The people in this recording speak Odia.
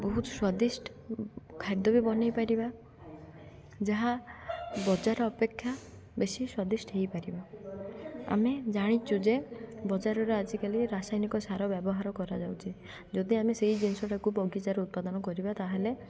ବହୁତ ସ୍ୱାଦିଷ୍ଟ ଖାଦ୍ୟ ବି ବନେଇପାରିବା ଯାହା ବଜାର ଅପେକ୍ଷା ବେଶି ସ୍ୱାଦିଷ୍ଟ ହେଇପାରିବା ଆମେ ଜାଣିଛୁ ଯେ ବଜାରରେ ଆଜିକାଲି ରାସାୟନିକ ସାର ବ୍ୟବହାର କରାଯାଉଛି ଯଦି ଆମେ ସେଇ ଜିନିଷଟାକୁ ବଗିଚାରେ ଉତ୍ପାଦନ କରିବା ତାହେଲେ